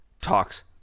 talks